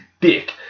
dick